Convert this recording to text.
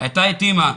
היתה את אימא,